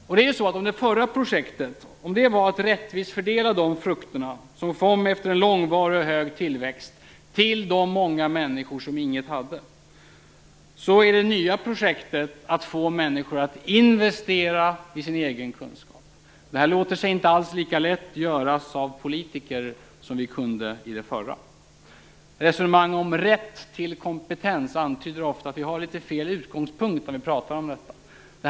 Om det förra projektet var att rättvist fördela de frukter som kom efter en långvarig och hög tillväxt till de många människor som inget hade, så är det nya projektet att få människor att investera i sin egen kunskap. Det låter sig inte alls lika lätt göras av politiker som i det förra. Resonemang om rätt till kompetens antyder ofta att vi har litet fel utgångspunkt när vi talar om detta.